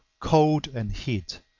cold and heat,